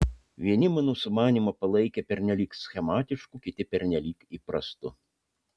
vieni mano sumanymą palaikė pernelyg schematišku kiti pernelyg įprastu